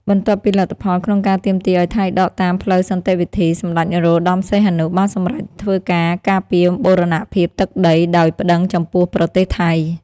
បន្ទាប់ពីលទ្ធផលក្នុងការទាមទារឱ្យថៃដកតាមផ្លូវសន្ដិវិធី សម្ដេច នរោត្តម សីហនុ បានសម្រេចធ្វើការការពារបូរណភាពទឹកដីដោយប្ដឹងចំពោះប្រទេសថៃ។